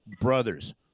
brothers